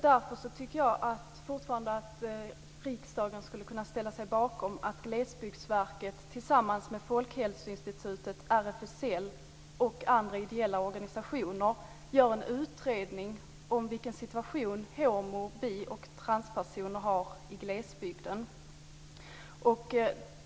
Därför tycker jag fortfarande att riksdagen skulle kunna ställa sig bakom att Glesbygdsverket tillsammans med Folkhälsoinstitutet, RFSL och andra ideella organisationer gör en utredning om vilken situation homo och bisexuella samt transpersoner har i glesbygden.